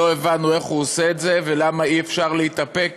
לא הבנו איך הוא עושה את זה ולמה אי-אפשר להתאפק